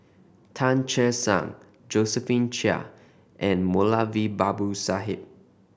Tan Che Sang Josephine Chia and Moulavi Babu Sahib